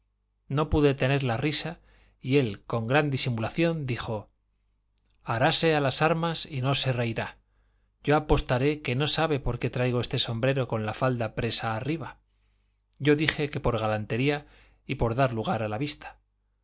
no pude tener la risa y él con gran disimulación dijo haráse a las armas y no se reirá yo apostaré que no sabe por qué traigo este sombrero con la falda presa arriba yo dije que por galantería y por dar lugar a la vista